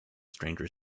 stranger